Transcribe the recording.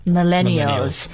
Millennials